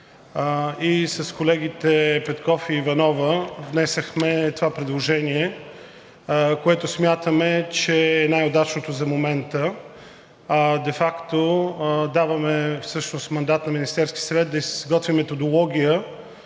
С колегите Петков и Иванова внесохме това предложение, което смятаме, че е най-удачното за момента. Де факто даваме всъщност мандат на Министерския съвет да изготви методология,